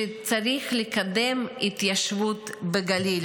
שצריך לקדם התיישבות בגליל.